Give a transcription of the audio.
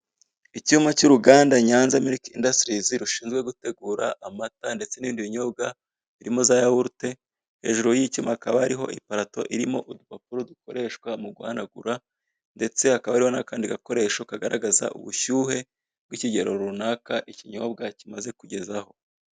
Icyuma cy'uruganda Nyanza mirike indasitirizi rushinzwe gutegura amata ndetse n'indi binyobwa, birimo za yahurute, hejuru y'icyuma hariho iparato irimo udupapuro dukoreshwa mu guhanagura ndetse hakaba hariko n'akandi gakoresho kagaragaza ubushyuhe bw'ikigero runaka ikinyobwa kimaze kugezaho.